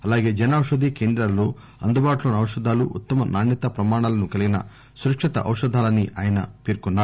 అలాగే జన ఔషధీ కేంద్రాలలో అందుబాటులో ఉన్స ఔషధాలు ఉత్తమ నాణ్యతా ప్రమాణాలను కలీగిన సురక్షిత ఔషధాలని ఆయన పేర్కొన్నారు